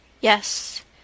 Yes